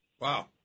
Wow